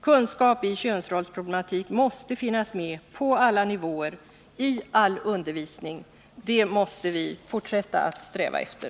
Kunskap i könsrollsproblematik måste finnas med på alla nivåer i all undervisning. Det måste vi fortsätta att sträva efter.